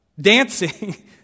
Dancing